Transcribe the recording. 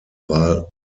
war